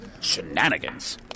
Shenanigans